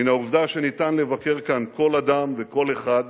מן העובדה שאפשר לבקר כאן כל אדם וכל אחד,